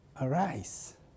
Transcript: arise